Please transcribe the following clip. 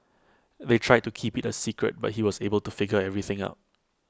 they tried to keep IT A secret but he was able to figure everything out